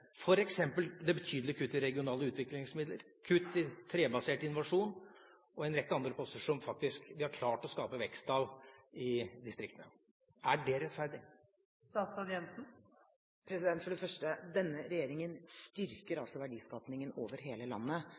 det betydelige kuttet i regionale utviklingsmidler, kutt i trebasert innovasjon og i en rekke andre poster, som vi faktisk har klart å skape vekst av i distriktene. Er det rettferdig? For det første: Denne regjeringen styrker verdiskapingen over hele landet